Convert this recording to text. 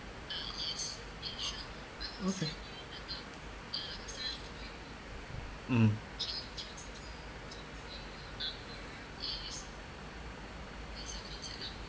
mm